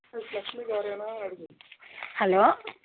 hello